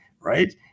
right